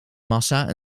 massa